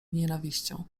nienawiścią